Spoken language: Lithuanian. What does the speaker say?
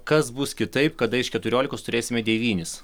kas bus kitaip kada iš keturiolikos turėsime devynis